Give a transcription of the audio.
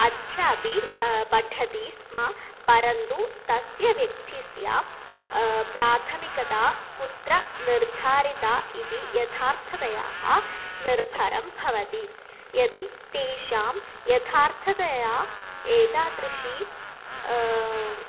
अद्यापि पठति स्म परन्तु तस्य व्यक्तेः प्राथमिकता कुत्र निर्धारिता इति यथार्थतया निर्भरं भवति यदि तेषां यथार्थतया एतादृशी